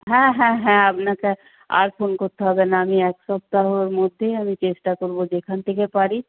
হ্যাঁ হ্যাঁ হ্যাঁ আপনাকে আর আর ফোন করতে হবে না আমি এক সপ্তাহের মধ্যেই আমি চেষ্টা করব যেখান থেকে পারি